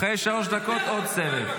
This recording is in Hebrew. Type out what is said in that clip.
אחרי שלוש דקות עוד סבב.